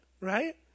right